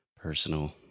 personal